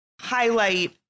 highlight